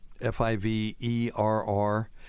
f-i-v-e-r-r